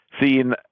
seen